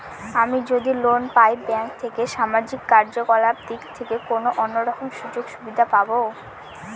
আমি যদি লোন পাই ব্যাংক থেকে সামাজিক কার্যকলাপ দিক থেকে কোনো অন্য রকম সুযোগ সুবিধা পাবো?